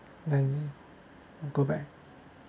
then go back